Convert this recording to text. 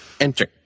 Enter